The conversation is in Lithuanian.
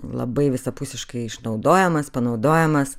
labai visapusiškai išnaudojamas panaudojamas